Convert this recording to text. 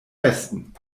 westen